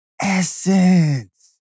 essence